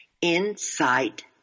Insight